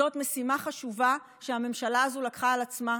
זאת משימה חשובה שהממשלה הזו לקחה על עצמה,